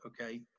okay